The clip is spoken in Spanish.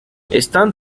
están